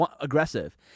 aggressive